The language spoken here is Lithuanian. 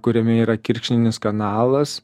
kuriame yra kirkšninis kanalas